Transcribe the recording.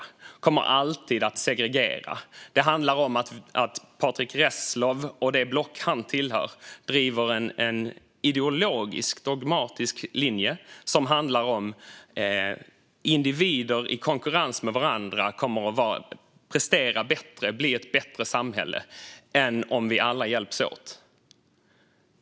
Den kommer alltid att segregera. Patrick Reslow och det block han tillhör driver en ideologisk, dogmatisk linje om att individer i konkurrens med varandra kommer att prestera bättre och att det kommer att leda till ett bättre samhälle snarare än om vi alla hjälps åt.